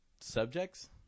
subjects